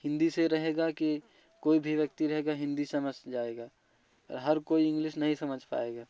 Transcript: हिंदी से रहेगा की कोई भी व्यक्ति रहेगा हिंदी समझ जाएगा हर कोई इंग्लिश नहीं समझ पाएगा